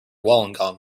wollongong